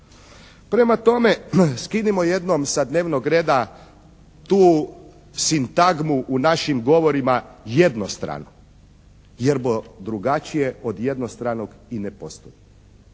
Prema tome, skinimo jednom sa dnevnog reda tu sintagmu u našim govorim jednostrano jerbo drugačije od jednostranog i ne postoji.